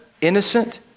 innocent